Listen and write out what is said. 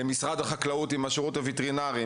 משרד החקלאות עם השירות הווטרינרי,